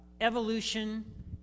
evolution